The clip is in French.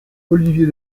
olivier